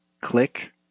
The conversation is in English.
click